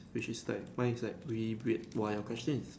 which is like mine is like really weird while your question is